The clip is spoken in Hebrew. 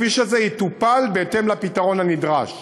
הכביש הזה יטופל בהתאם לפתרון הנדרש.